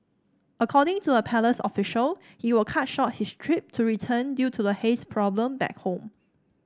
according to a palace official he will cut short his trip to return due to the haze problem back home